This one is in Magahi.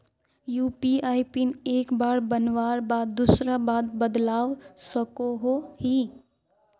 यु.पी.आई पिन एक बार बनवार बाद दूसरा बार बदलवा सकोहो ही?